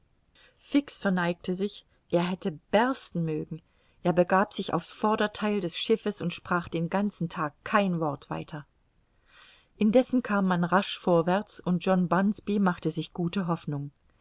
fix verneigte sich er hätte bersten mögen er begab sich auf's vordertheil des schiffes und sprach den ganzen tag kein wort weiter indessen kam man rasch vorwärts und john bunsby machte sich gute hoffnung